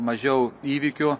mažiau įvykių